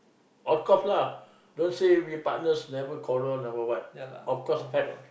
of course lah don't say we partners never quarrel never what of course have